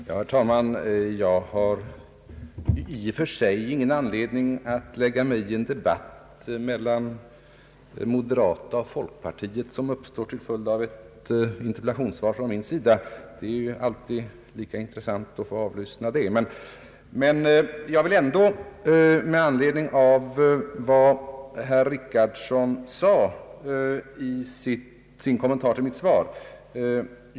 Herr talman! Jag har i och för sig ingen anledning att lägga mig i en debatt mellan företrädare för moderata samlingspartiet och folkpartiet, en debatt som uppstått till följd av ett interpellationssvar från min sida. Det är alltid lika intressant att få avlyssna sådana debatter, men jag vill i alla fall göra ett par påpekanden med anledning av vad herr Richardson sade i sin kommentar till mitt svar.